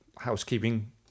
housekeeping